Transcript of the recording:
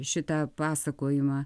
šitą pasakojimą